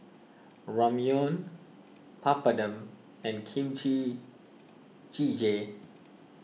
Ramyeon Papadum and Kimchi Jjigae